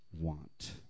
want